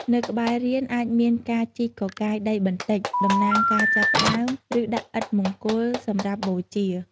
នៅក្បែររាន អាចមាន ការជីកកកាយដីបន្តិច តំណាងការចាប់ផ្ដើម ឬដាក់ឥដ្ឋមង្គលសម្រាប់បូជា។